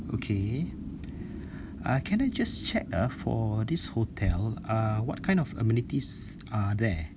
okay uh can I just check ah for this hotel uh what kind of amenities are there